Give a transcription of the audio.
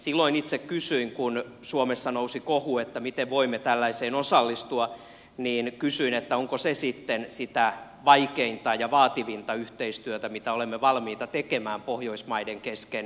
silloin itse kysyin kun suomessa nousi kohu että miten voimme tällaiseen osallistua onko se sitten sitä vaikeinta ja vaativinta yhteistyötä mitä olemme valmiita tekemään pohjoismaiden kesken